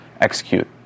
execute